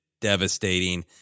devastating